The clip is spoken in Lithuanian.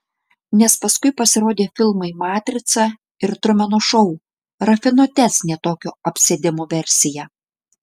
nes paskui pasirodė filmai matrica ir trumeno šou rafinuotesnė tokio apsėdimo versija